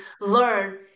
learn